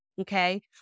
okay